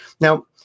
now